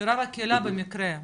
שרב הקהילה במקרה,